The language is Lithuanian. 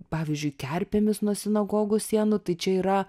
pavyzdžiui kerpėmis nuo sinagogų sienų tai čia yra